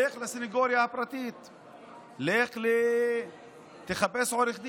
לך לסנגוריה הפרטית, תחפש עורך דין,